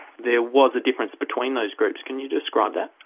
there was a difference between those groups. can you describe that?